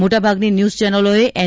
મોટાભાગની ન્યુઝ ચેનલોએ એન